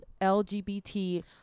LGBT